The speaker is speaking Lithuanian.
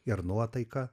ir nuotaika